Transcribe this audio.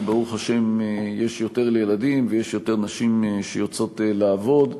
כי ברוך השם יש יותר ילדים ויש יותר נשים שיוצאות לעבוד,